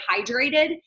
hydrated